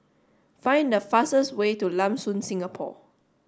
find the fastest way to Lam Soon Singapore